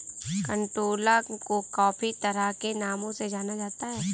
कंटोला को काफी तरह के नामों से जाना जाता है